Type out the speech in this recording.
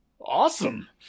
awesome